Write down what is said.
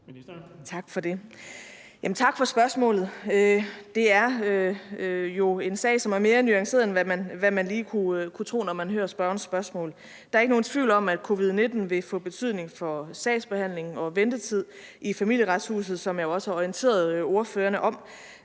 Tak for det, og tak for spørgsmålet. Det er jo en sag, som er mere nuanceret, end hvad man lige kunne tro, når man hører spørgerens spørgsmål. Der er ikke nogen tvivl om, at covid-19 vil få betydning for sagsbehandlingen og ventetiden i Familieretshuset, som jeg også har orienteret ordføreren om.